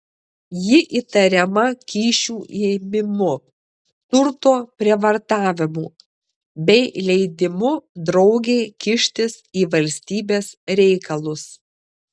ji įtariama kyšių ėmimu turto prievartavimu bei leidimu draugei kištis į valstybės reikalus